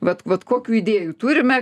vat vat kokių idėjų turime